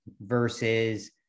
versus